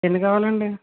ఎన్ని కావాలండి